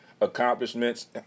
accomplishments